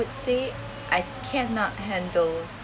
say I cannot handle